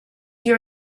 your